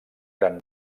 gran